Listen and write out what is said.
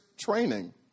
training